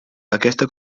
aquesta